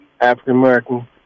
African-American